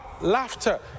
laughter